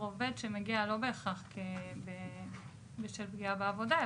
עובד שמגיע לא בהכרח בשל פגיעה בעבודה,